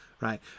right